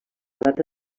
data